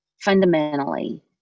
fundamentally